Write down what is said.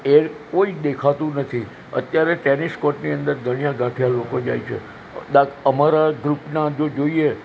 એ કોઈ દેખાતું નથી અત્યારે ટેનિસ કોર્ટની અંદર ગણ્યાગાંઠ્યા લોકો જાય છે દાક અમારા ગ્રૂપના જો જોઈએ